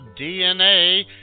DNA